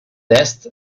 est